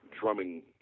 drumming